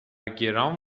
گران